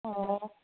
ꯑꯣ